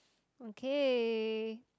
okay